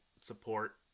support